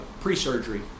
pre-surgery